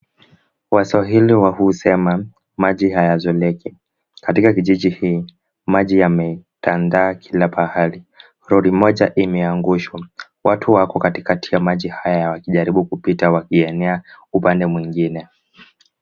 Waswahili husema maji hayazoleki. Katika kijiji hii, maji yametandaa kila pahali. Lori moja lmeangushwa. Watu wako katikati ya maji haya wakijaribu kupita wakienea upande mwingine.